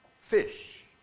fish